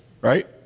right